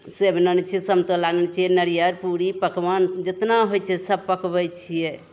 सेब आनने छियै सन्तोला आनने छियै नारियल पूड़ी पकवान जेतना होइ छै सब पकबै छियै